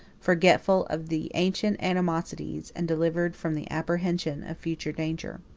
forgetful of the ancient animosities, and delivered from the apprehension of future danger.